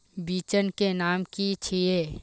बिचन के नाम की छिये?